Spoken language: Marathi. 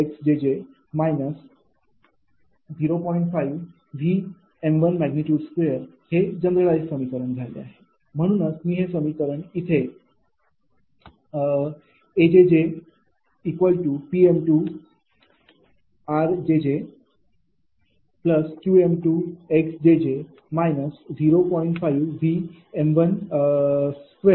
5।V।2 हे जनरलाईझ समीकरण झाले आहे म्हणूनच मी हे समीकरण इथे A𝑗𝑗𝑃 𝑟𝑗𝑗𝑄𝑥𝑗𝑗−0